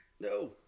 No